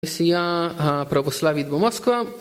הכנסייה הפרבוסלבית במוסקבה